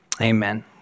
Amen